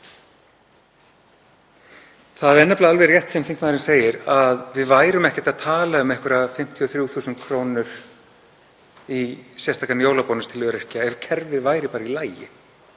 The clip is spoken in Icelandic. Það er nefnilega alveg rétt sem hv. þingmaður segir, að við værum ekkert að tala um einhverjar 53.000 kr. í sérstakan jólabónus til öryrkja ef kerfið væri bara í lagi.